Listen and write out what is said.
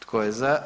Tko je za?